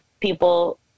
People